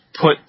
Put